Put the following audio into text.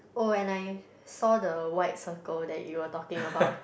oh and I saw the white circle that you were talking about